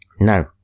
No